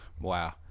Wow